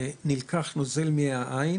נלקח נוזל מהעין